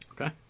Okay